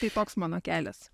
tai toks mano kelias